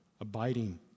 Abiding